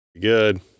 good